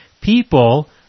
people